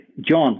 John